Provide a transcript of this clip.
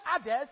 others